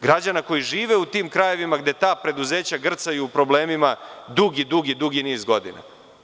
Građana koji žive u tim krajevima gde ta preduzeća grcaju u problemima dugi niz godina.